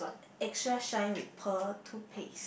extra shine with pearl toothpaste